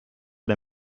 der